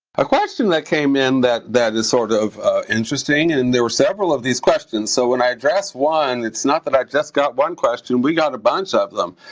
a question that came in that that is sort of interesting and there were several of these questions, so when i address one it's not that i just got one question, we got a bunch ah of them.